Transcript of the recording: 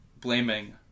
blaming